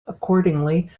accordingly